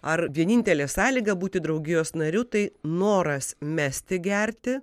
ar vienintelė sąlyga būti draugijos nariu tai noras mesti gerti